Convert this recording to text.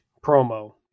promo